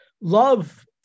love